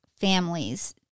families